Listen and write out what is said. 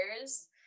years